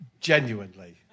genuinely